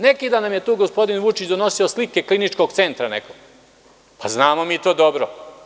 Neki dan nam je tu gospodin Vučić donosio slike nekog kliničkog centra, znamo mi to dobro.